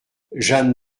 jeanne